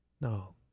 No